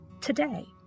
today